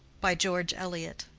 by george eliot